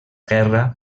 guerra